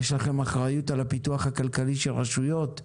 יש לכם אחריות על הפיתוח הכלכלי של רשויות,